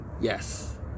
yes